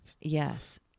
Yes